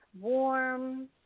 warm